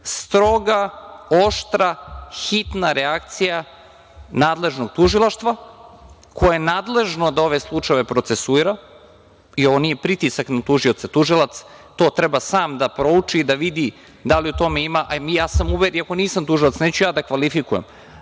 stroga, oštra, hitra reakcija nadležnog tužilaštva koje je nadležno da ove slučajeve procesuira. Ovo nije pritisak na tužioca. Tužilac to treba sam da prouči i da vidi da li u tome ima, ja sam uveren iako nisam tužilac, neću ja da kvalifikujem,